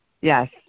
Yes